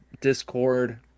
discord